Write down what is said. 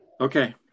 Okay